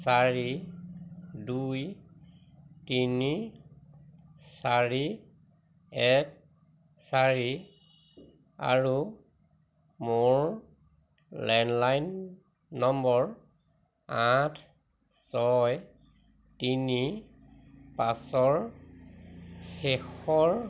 চাৰি দুই তিনি চাৰি এক চাৰি আৰু মোৰ লেণ্ডলাইন নম্বৰ আঠ ছয় তিনি পাঁচৰ শেষৰ